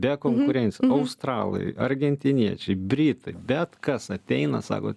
be konkurencijos o australai argentiniečiai britai bet kas ateina sako